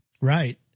Right